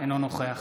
אינו נוכח